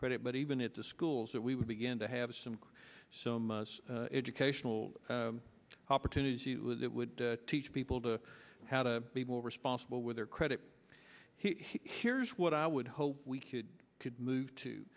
credit but even at the schools that we would begin to have some some educational opportunities that would teach people to how to be more responsible with their credit here's what i would hope we could move to